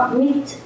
meat